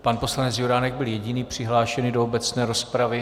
Pan poslanec Juránek byl jediný přihlášený do obecné rozpravy.